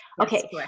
Okay